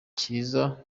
cyiza